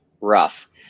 rough